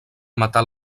matar